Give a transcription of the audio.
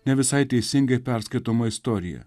ne visai teisingai perskaitomą istoriją